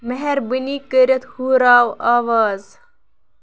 مہربٲنی کٔرِتھ ہُرراو آواز